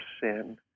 sin